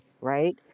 right